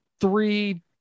three